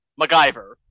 MacGyver